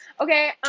Okay